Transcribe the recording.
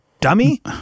dummy